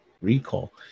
recall